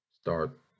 start